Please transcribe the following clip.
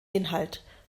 inhalt